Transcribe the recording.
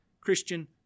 Christian